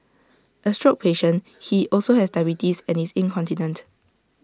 A stroke patient he also has diabetes and is incontinent